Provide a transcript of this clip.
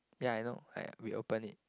ya I know I reopen it